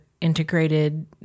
integrated